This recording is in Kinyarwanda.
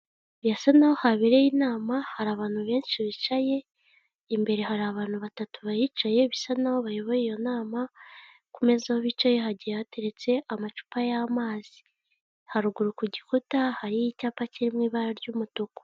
Birasa naho habereye inama hari abantu benshi bicaye imbere hari abantu batatu bahicaye bisa n'aho bayoboye iyo nama ku meza aho bicaye hagiye hateretse amacupa y'amazi ,haruguru ku gikuta hari icyapa kirimo ibara ry'umutuku.